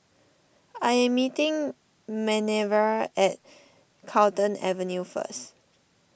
I am meeting Manerva at Carlton Avenue first